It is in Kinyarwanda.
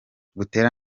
butera